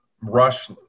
rush